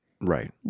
Right